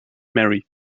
marry